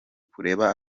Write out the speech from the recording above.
kureba